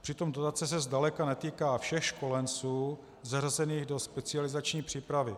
Přitom dotace se zdaleka netýká všech školenců zařazených do specializační přípravy.